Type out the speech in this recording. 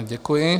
Děkuji.